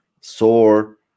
sore